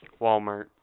Walmart